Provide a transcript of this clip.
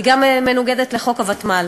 היא גם מנוגדת לחוק הוותמ"ל.